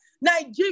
Nigeria